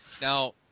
Now